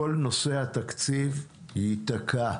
כל נושא התקציב ייתקע.